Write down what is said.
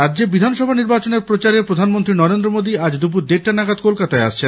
রাজ্যে বিধানসভা নির্বাচনের প্রচারে প্রধানমন্ত্রী নরেন্দ্র মোদি আজ দুপুর দেড়টা নাগাদ কলকাতায় আসছেন